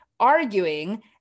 arguing